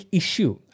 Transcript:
issue